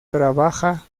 trabaja